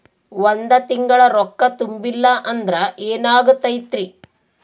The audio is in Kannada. ಒಂದ ತಿಂಗಳ ರೊಕ್ಕ ತುಂಬಿಲ್ಲ ಅಂದ್ರ ಎನಾಗತೈತ್ರಿ?